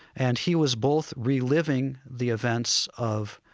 and he was both reliving the events of,